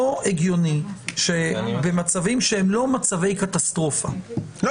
לא הגיוני במצבים שהם לא מצבי קטסטרופה שלא